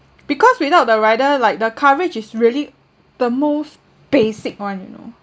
because without the rider like the coverage is really the most basic one you know